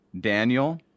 Daniel